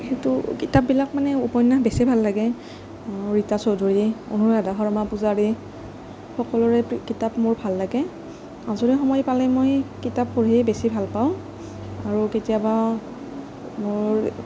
সেইটো কিতাপবিলাক মানে উপন্যাস বেছি ভাল লাগে ৰীতা চৌধুৰী অনুৰাধা শৰ্মা পূজাৰী সকলোৰে কিতাপ মোৰ ভাল লাগে আজৰি সময় পালে মই কিতাপ পঢ়িয়েই বেছি ভাল পাওঁ আৰু কেতিয়াবা মোৰ